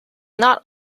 not